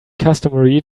customary